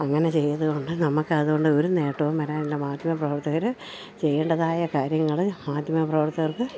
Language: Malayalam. അങ്ങനെ ചെയ്തതു കൊണ്ട് നമുക്ക് അതുകൊണ്ട് ഒരു നേട്ടവും വരാൻ ഇല്ല മാധ്യമപ്രവർത്തകർ ചെയ്യേണ്ടതായ കാര്യങ്ങൾ മാധ്യമപ്രവർത്തകർ